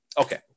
Okay